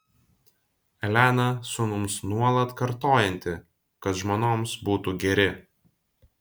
elena sūnums nuolat kartojanti kad žmonoms būtų geri